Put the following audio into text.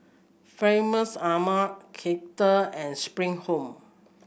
Famous Amo Kettle and Spring Home